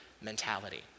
mentality